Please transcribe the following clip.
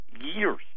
years